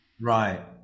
Right